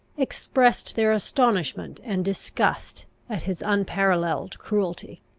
expressed their astonishment and disgust at his unparalleled cruelty.